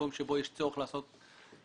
מקום שבו יש צורך לעשות זאת,